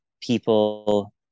people